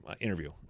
interview